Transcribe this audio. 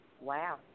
Wow